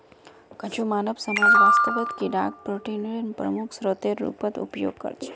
कुछु मानव समाज वास्तवत कीडाक प्रोटीनेर प्रमुख स्रोतेर रूपत उपयोग करछे